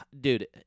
dude